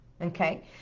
okay